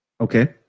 Okay